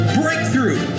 breakthrough